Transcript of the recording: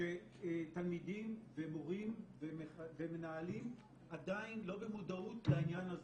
שתלמידים ומורים ומנהלים עדיין לא במודעות לעניין הזה,